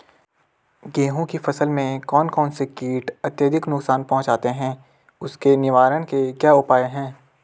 गेहूँ की फसल में कौन कौन से कीट अत्यधिक नुकसान पहुंचाते हैं उसके निवारण के क्या उपाय हैं?